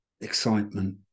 excitement